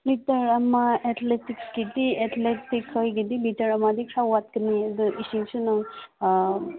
litre ꯑꯃ ꯑꯦꯠꯂꯤꯇꯤꯛꯁꯀꯤꯗꯤ ꯑꯦꯠꯂꯤꯇꯤꯛꯈꯣꯏꯒꯤꯗꯤ ꯂꯤꯇꯔ ꯑꯃꯗꯤ ꯈꯔ ꯋꯥꯇꯀꯅꯤ ꯑꯗꯨ ꯏꯁꯤꯡꯁꯨ ꯅꯪ